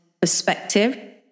perspective